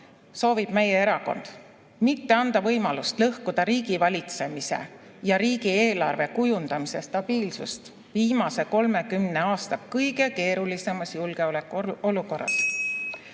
soovib meie erakond mitte anda võimalust lõhkuda riigivalitsemise ja riigieelarve kujundamise stabiilsust viimase 30 aasta kõige keerulisemas julgeolekuolukorras.